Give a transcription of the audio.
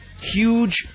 huge